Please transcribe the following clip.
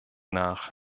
nach